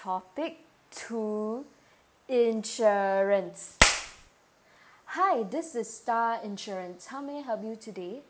topic two insurance hi this is star insurance how may I help you today